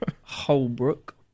Holbrook